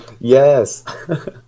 Yes